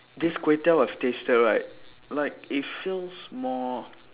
this kway teow I've tasted right like it feels more